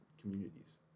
communities